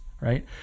right